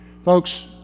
Folks